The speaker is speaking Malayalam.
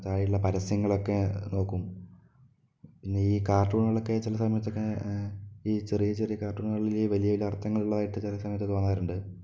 താഴെയുള്ള പരസ്യങ്ങളൊക്കെ നോക്കും പിന്നെയീ കാർട്ടൂണുകളൊക്കെ ചിലസമയത്തൊക്കെ ഈ ചെറിയ ചെറിയ കാർട്ടൂണുകളിൽ വലിയ വലിയ അർത്ഥങ്ങളുള്ളതായിട്ട് ചില സമയത്ത് തോന്നാറുണ്ട്